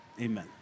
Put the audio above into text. Amen